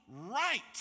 right